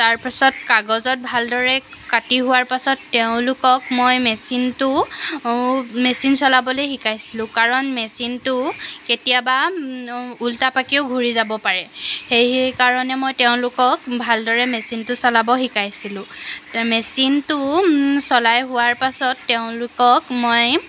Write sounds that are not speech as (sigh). তাৰপাছত কাজগত ভালদৰে কাটি হোৱাৰ পাছত তেওঁলোকক মই মেচিনটো মেচিন চলাবলৈ শিকাইছিলোঁ কাৰণ মেচিনটো কেতিয়াবা ওলোটা পাকেও ঘূৰি যাব পাৰে সেইকাৰণে মই তেওঁলোকক ভালদৰে মেচিনটো চলাব শিকাইছিলোঁ (unintelligible) মেচিনটো চলাই হোৱাৰ পাছত তেওঁলোকক মই